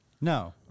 No